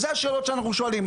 זה השאלות שאנחנו שואלים.